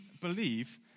believe